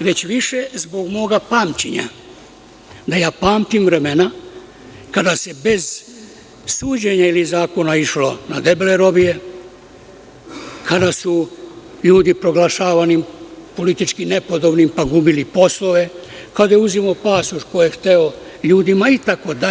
već više zbog mog pamćenja, da ja pamtim vremena kada se bez suđenja ili zakona išlo na debele robije, kada su ljudi proglašavani politički nepodobnim, pa gubili poslove, kada je uzimao pasoš ko je hteo ljudima itd.